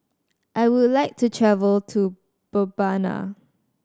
I would like to travel to Mbabana